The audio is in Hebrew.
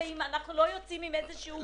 אנחנו לא מקבלים תשובות.